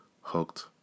hooked